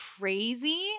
crazy